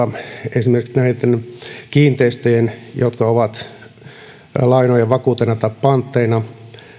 esimerkiksi näitten kiinteistöjen jotka ovat lainojen vakuutena tai pantteina